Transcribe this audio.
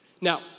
Now